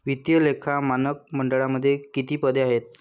वित्तीय लेखा मानक मंडळामध्ये किती पदे आहेत?